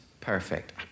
perfect